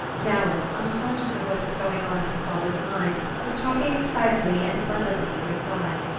dallas, unconscious of what was going on in his father's mind, was talking excitedly and abundantly of versailles.